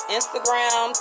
Instagram